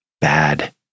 bad